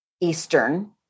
Eastern